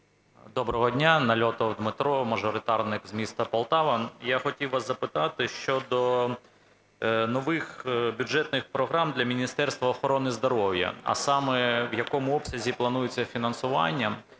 Доброго дня. Нальотов Дмитро, мажоритарник з міста Полтава. Я хотів вас запитати щодо нових бюджетних програм для Міністерства охорони здоров'я, а саме в якому обсязі планується фінансування.